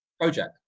Project